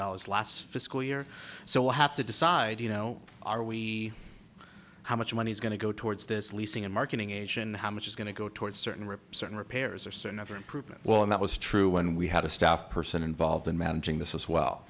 dollars last fiscal year so we'll have to decide you know are we how much money is going to go towards this leasing and marketing ation how much is going to go toward certain rip certain repairs or certain other improvements well and that was true when we had a staff person involved in managing this as well